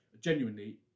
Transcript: genuinely